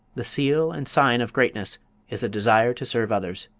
the seal and sign of greatness is a desire to serve others.